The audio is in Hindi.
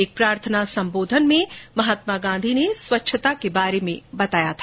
एक प्रार्थना सम्बोधन में महात्मा गांधी ने स्वच्छता के बारे में कहा था